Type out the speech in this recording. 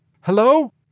Hello